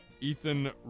Ethan